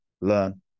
learn